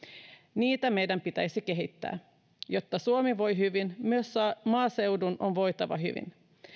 niitä meidän pitäisi kehittää jotta suomi voi hyvin myös maaseudun on voitava hyvin